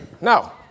Now